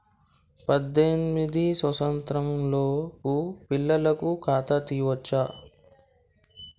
పద్దెనిమిది సంవత్సరాలలోపు పిల్లలకు ఖాతా తీయచ్చా?